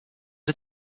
did